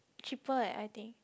cheaper eh I think